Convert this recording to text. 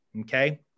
Okay